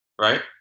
right